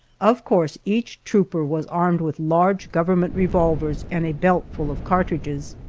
of course each trooper was armed with large government revolvers and a belt full of cartridges.